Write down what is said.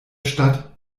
stadt